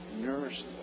nourishes